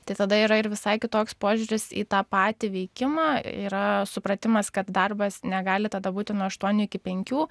tai tada yra ir visai kitoks požiūris į tą patį veikimą yra supratimas kad darbas negali tada būti nuo aštuonių iki penkių